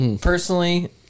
personally